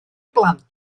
blant